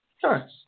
Sure